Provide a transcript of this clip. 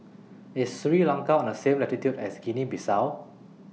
IS Sri Lanka on The same latitude as Guinea Bissau